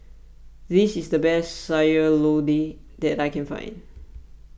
this is the best Sayur Lodeh that I can find